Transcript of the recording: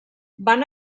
van